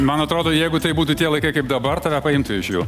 man atrodo jeigu tai būtų tie laikai kaip dabar tave paimtų iš jų